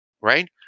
Right